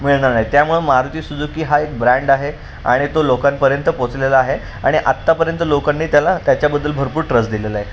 मिळणार नाहीत त्यामुळे मारुती सुजूकी हा एक ब्रँड आहे आणि तो लोकांपर्यंत पोहोचलेला आहे आणि आत्तापर्यंत लोकांनी त्याला त्याच्याबद्दल भरपूर ट्रस्ट दिलेला आहे